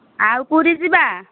ଆଉ ପୁରୀ ଯିବା